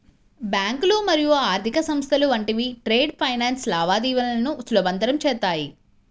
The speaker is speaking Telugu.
బ్యాంకులు మరియు ఆర్థిక సంస్థలు వంటివి ట్రేడ్ ఫైనాన్స్ లావాదేవీలను సులభతరం చేత్తాయి